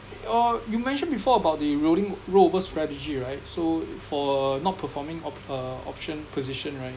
uh you mentioned before about the rolling rollover strategy right so for not performing op~ uh option position right